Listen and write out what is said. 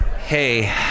Hey